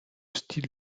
style